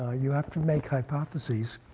ah you have to make hypotheses.